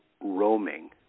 roaming